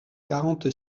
quarante